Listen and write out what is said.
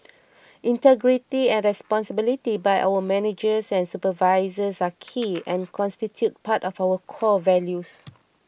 integrity and responsibility by our managers and supervisors are key and constitute part of our core values